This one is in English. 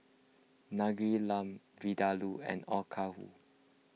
Naengmyeon Lamb Vindaloo and Okayu